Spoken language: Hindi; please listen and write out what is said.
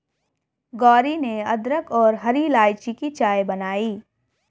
गौरी ने अदरक और हरी इलायची की चाय बनाई